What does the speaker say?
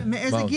מאיזה גיל?